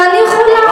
תניחו לה.